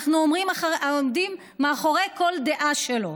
אנחנו עומדים מאחורי כל דעה שלו.